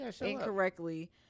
incorrectly